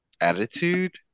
attitude